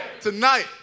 Tonight